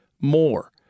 more